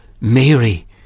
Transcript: Mary